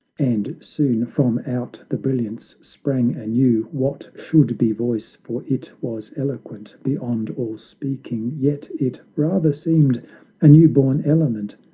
and soon from out the brilliance sprang anew what should be voice, for it was eloquent beyond all speaking yet it rather seemed a new-born element,